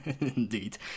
indeed